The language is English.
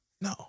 No